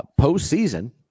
postseason